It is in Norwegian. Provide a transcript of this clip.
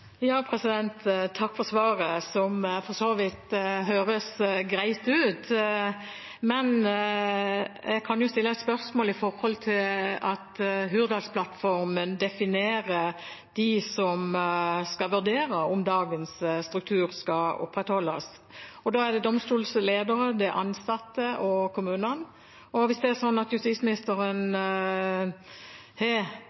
Takk for svaret, som for så vidt høres greit ut. Jeg kan stille et spørsmål når det gjelder at Hurdalsplattformen definerer dem som skal vurdere om dagens struktur skal opprettholdes, og det er domstolledere, ansatte og kommunene. Hvis det er sånn at justisministeren